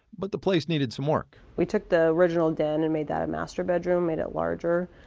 but the place needed some work we took the original den and made that a master bedroom, made it larger.